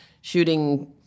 shooting